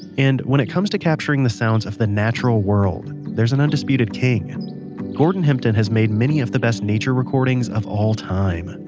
and, when it comes to capturing the sounds of the natural world, there's an undisputed king. and gordon hempton has made many of the best nature recordings of all time.